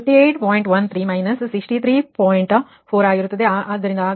ಆದುದರಿಂದ ಆಗ ಕೋನ 0